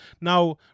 now